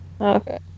Okay